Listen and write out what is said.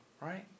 right